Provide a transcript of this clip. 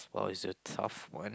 oh it's a tough one